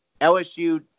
LSU